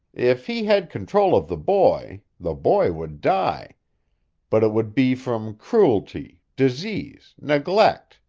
if he had control of the boy, the boy would die but it would be from cruelty, disease, neglect.